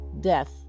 death